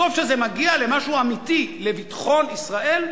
בסוף כשזה מגיע למשהו אמיתי, לביטחון ישראל,